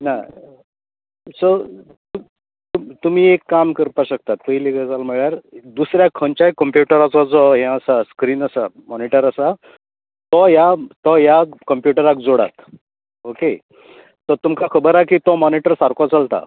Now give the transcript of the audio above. ना सो तूं तुमी एक काम करपा शकतात पयलीं गजाल म्हणल्यार दुसऱ्या खंयच्याय कम्प्युटराचो जो हें आसा स्क्रीन मोनीटर आसा तो ह्या तो ह्या कम्प्युटराक जोडात ओके सो तुमका खबर हा की तो मोनीटर सारको चलता